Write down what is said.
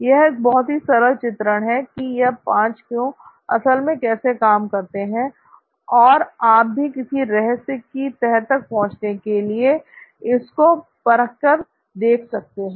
यह एक बहुत ही सरल चित्रण है कि यह पांच "क्यों" असल में कैसे काम करते हैं और आप भी किसी रहस्य की तह तक पहुंचने के लिए इसको परख के देख सकते हैं